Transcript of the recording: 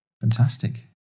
Fantastic